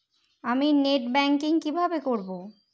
আমি net banking কিভাবে করব?